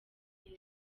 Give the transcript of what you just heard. neza